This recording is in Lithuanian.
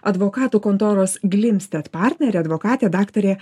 advokatų kontoros glimstedt partnerė advokatė daktarė